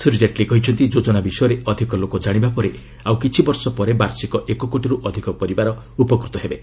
ଶ୍ରୀ ଜେଟଲୀ କହିଛନ୍ତି ଯୋଜନା ବିଷୟରେ ଅଧିକ ଲୋକ ଜାଶିବା ପରେ ଆଉ କିଛି ବର୍ଷ ପରେ ବାର୍ଷିକ ଏକ କୋଟିରୁ ଅଧିକ ପରିବାର ଉପକୃତ ହେବେ